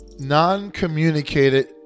non-communicated